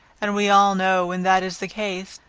and we all know when that is the case,